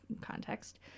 context